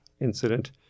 incident